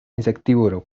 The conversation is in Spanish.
insectívoro